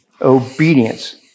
obedience